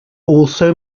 also